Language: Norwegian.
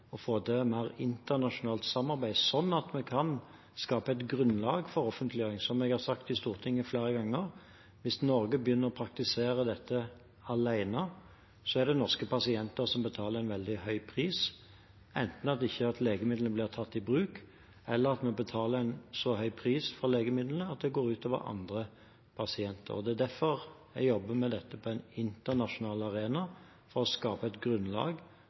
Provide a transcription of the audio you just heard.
å få til mer internasjonalt samarbeid, slik at vi kan skape et grunnlag for offentliggjøring. Som jeg har sagt i Stortinget flere ganger: Hvis Norge begynner å praktisere dette alene, er det norske pasienter som betaler en veldig høy pris, enten ved at legemiddelet ikke er tatt i bruk, eller ved at vi betaler en så høy pris for legemidlene at det går ut over andre pasienter. Det er derfor jeg jobber med dette på en internasjonal arena – for å skape et grunnlag